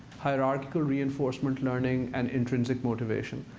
hierarchical reinforcement learning and intrinsic motivation.